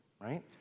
right